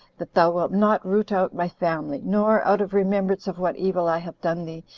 that thou wilt not root out my family, nor, out of remembrance of what evil i have done thee,